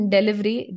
Delivery